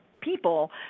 people